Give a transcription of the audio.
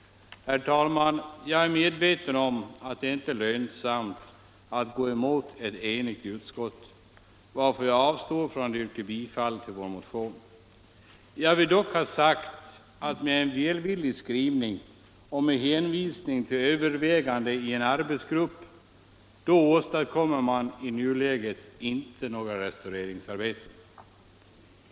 Herr talman! Jag är medveten om att det inte lönar sig att gå emot ett enigt utskott, varför jag avstår från att yrka bifall till vår motion. Jag vill dock ha sagt att med välvilliga skrivningar och med hänvisning till övervägandena i en arbetsgrupp åstadkommer man i nuläget inte några restaureringsarbeten.